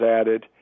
added